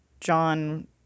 John –